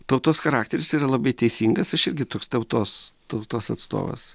tautos charakteris yra labai teisingas aš irgi toks tautos tautos atstovas